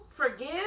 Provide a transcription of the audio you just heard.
Forgive